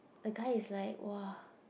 the guy is like !wow!